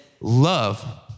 love